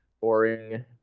boring